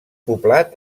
poblat